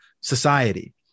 society